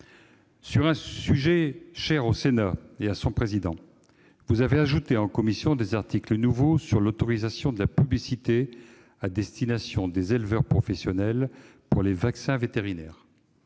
Sur ce sujet cher au Sénat et à son président, vous avez voté en commission des articles nouveaux. Ils ont pour objets l'autorisation de la publicité à destination des éleveurs professionnels pour les vaccins vétérinaires,